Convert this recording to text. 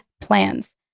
PLANS